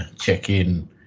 check-in